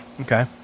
Okay